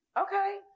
Okay